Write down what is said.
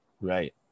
Right